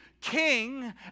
king